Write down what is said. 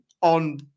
on